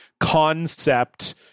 concept